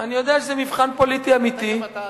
אני יודע שזה מבחן פוליטי אמיתי.